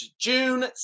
June